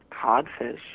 codfish